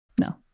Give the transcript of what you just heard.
No